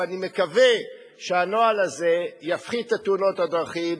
ואני מקווה שהנוהל הזה יפחית את תאונות הדרכים,